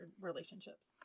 relationships